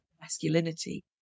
masculinity